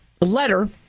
letter